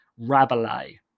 Rabelais